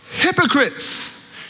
Hypocrites